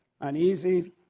uneasy